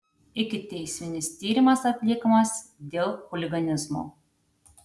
ikiteisminis tyrimas atliekamas dėl chuliganizmo